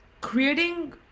creating